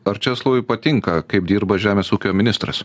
ar česlovui patinka kaip dirba žemės ūkio ministras